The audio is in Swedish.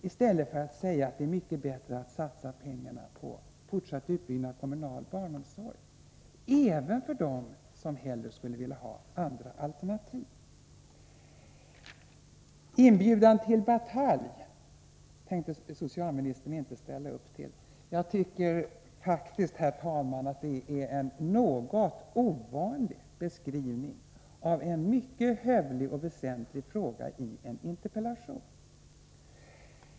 I stället säger man att det är bättre att satsa pengarna på fortsatt utbyggnad av kommunal barnomsorg även tydligen för dem som hellre skulle vilja ha andra alternativ. ”Inbjudan till batalj” tänkte socialministern inte anta. Jag tycker faktiskt, herr talman, att det är en något ovanlig beskrivning av en mycket hövlig och väsentlig fråga i en interpellation.